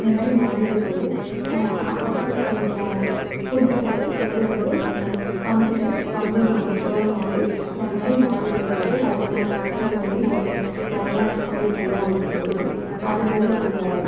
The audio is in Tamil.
இதமாதிரி மாடுகளுக்கு வந்து அப்பப்போ தேவையான ஃபுட்டோட ஃபுட்டு வந்து கம்புச கம்புமாவு சோளமாவு இதைமாரி மாடுகளுக்கு வந்து அதிகமாக கொடுத்தா அது வந்து நமக்கு நிறையா மில்க் வந்து நமக்கு கொடுக்கும் அது வந்து நாங்கள்